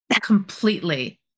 completely